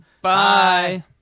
Bye